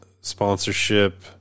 sponsorship